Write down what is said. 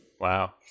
Wow